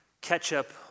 ketchup